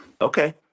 Okay